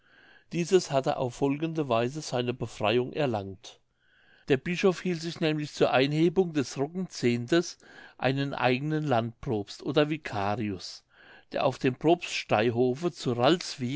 dieses hatte auf folgende weise seine befreiung erlangt der bischof hielt sich nämlich zur einhebung des roggenzehntens einen eignen landprobst oder vicarius der auf dem probsteihofe zu